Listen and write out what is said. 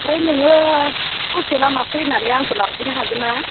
ओमफ्राय नोङो ससे लामा फैनानै आंखौ लांफैनो हागोन ना